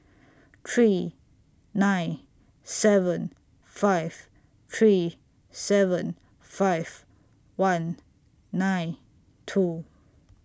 three nine seven five three seven five one nine two